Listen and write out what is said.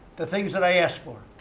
the things that i asked for.